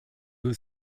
was